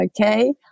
okay